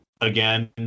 again